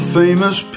famous